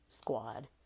squad